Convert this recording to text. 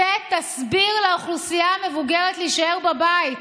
צא, תסביר לאוכלוסייה המבוגרת, להישאר בבית.